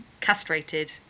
castrated